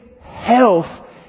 health